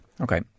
Okay